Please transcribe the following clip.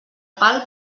pal